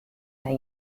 nei